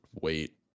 wait